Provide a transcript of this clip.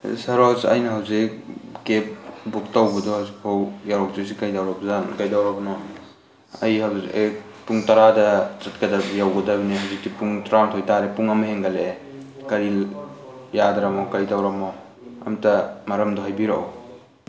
ꯁꯔꯣꯁ ꯑꯩꯅ ꯍꯧꯖꯤꯛ cab book ꯇꯧꯕꯗꯣ ꯍꯧꯖꯤꯛꯐꯧ ꯌꯧꯔꯛꯇ꯭ꯔꯤꯁꯤ ꯀꯩꯗꯧꯔꯕꯖꯥꯠꯅꯣ ꯀꯩꯗꯧꯔꯕꯅꯣ ꯑꯩ ꯍꯧꯖꯤꯛ ꯄꯨꯡ ꯇꯔꯥꯗ ꯆꯠꯀꯗꯕ ꯌꯧꯒꯗꯕꯅꯦ ꯍꯧꯖꯤꯛꯇꯤ ꯄꯨꯡ ꯇꯔꯥꯃꯥꯊꯣꯏ ꯇꯥꯔꯦ ꯄꯨꯡ ꯑꯃ ꯍꯦꯟꯒꯠꯂꯛꯑꯦ ꯀꯔꯤ ꯌꯥꯗ꯭ꯔꯃꯣ ꯀꯔꯤ ꯇꯧꯔꯃꯣ ꯑꯝꯇ ꯃꯔꯝꯗꯣ ꯍꯥꯏꯕꯤꯔꯛꯑꯣ